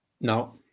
No